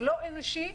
לא אנושי,